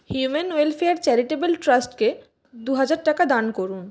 human welfare charitable trust কে দুহাজার টাকা দান করুন